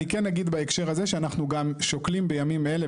אני כן אגיד בהקשר הזה שאנחנו גם שוקלים בימים אלה,